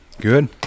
Good